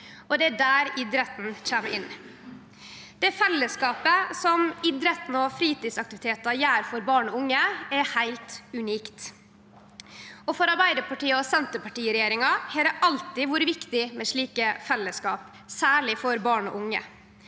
Det er der idretten kjem inn. Det fellesskapet som idretten og fritidsaktivitetar gjev barn og unge, er heilt unikt. For Arbeidarparti–Senterparti-regjeringa har det alltid vore viktig med slike fellesskap, særleg for barn og unge.